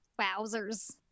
Wowzers